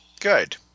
Good